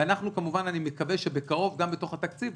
ואני מקווה שבקרוב גם בתוך התקציב,